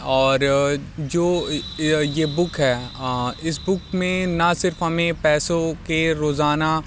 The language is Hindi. और जो ये ये बुक है इस बुक में ना सिर्फ़ हमें पैसों के रोज़ाना